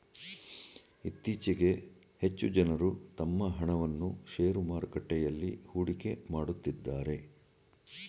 ಇತ್ತೀಚೆಗೆ ಹೆಚ್ಚು ಜನರು ತಮ್ಮ ಹಣವನ್ನು ಶೇರು ಮಾರುಕಟ್ಟೆಯಲ್ಲಿ ಹೂಡಿಕೆ ಮಾಡುತ್ತಿದ್ದಾರೆ